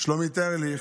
שלומית ארליך,